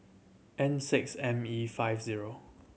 N six M E five zero